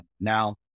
now